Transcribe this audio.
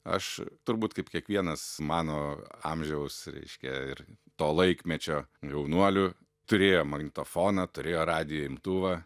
aš turbūt kaip kiekvienas mano amžiaus reiškia ir to laikmečio jaunuolių turėjo magnetofoną turėjo radijo imtuvą